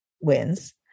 wins